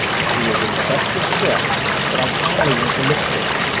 she was in such distress that i finally went to look for it.